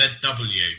ZW